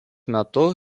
metu